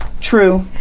true